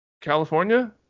California